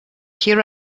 here